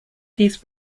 these